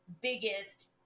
biggest